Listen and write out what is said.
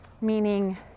meaning